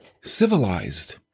civilized